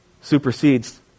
supersedes